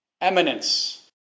Eminence